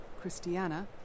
Christiana